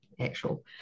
actual